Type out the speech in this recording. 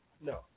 No